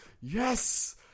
yes